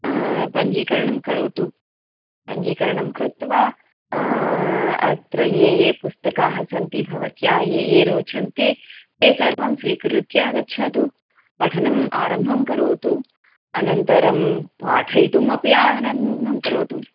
पञ्जीकरणं करोतु पञ्जीकरणं कृत्वा अत्र ये ये पुस्तकाः सन्ति भवत्याः ये ये रोचन्ते ते सर्वं स्वीकृत्य गच्छतु पठनम् आरम्भं करोतु अनन्तरं पाठयितुमपि आरम्भं करोतु